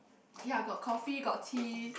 ya got coffee got tea